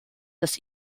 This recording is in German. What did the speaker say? das